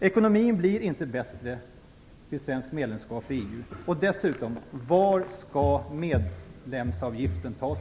Ekonomin blir inte bättre vid ett svenskt medlemskap i EU. Och varifrån skall medlemsavgiften tas?